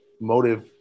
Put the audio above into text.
motive